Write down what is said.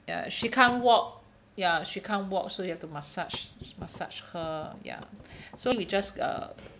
ya she can't walk ya she can't walk so you have to massage massage her ya so we just uh